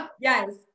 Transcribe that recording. Yes